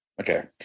okay